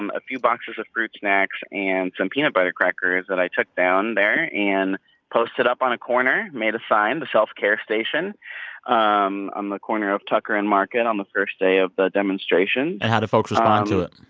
um a few boxes of fruit snacks and some peanut butter crackers that i took down there and posted up on a corner, made a sign the self-care station um on the corner of tucker and market on the first day of the demonstration and how did folks respond to it?